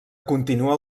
continua